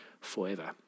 forever